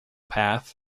path